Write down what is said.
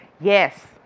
Yes